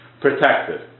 protected